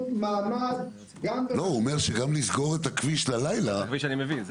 מעמד גם -- הוא אומר שגם לסגור את הכביש ללילה -- זה